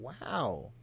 Wow